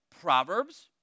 proverbs